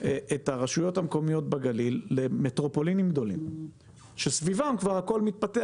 את הרשויות המקומיות בגליל למטרופולינים גדולים שסביבם כבר הכול מתפתח.